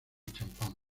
champán